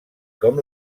com